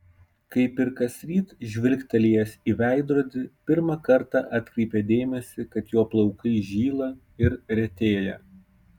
kaip ir kasryt žvilgtelėjęs į veidrodį pirmą kartą atkreipė dėmesį kad jo plaukai žyla ir retėja